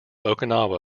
okinawa